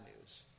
news